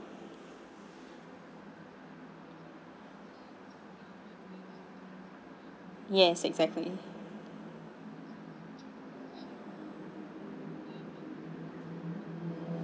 yes exactly